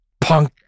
Punk